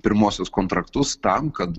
pirmuosius kontraktus tam kad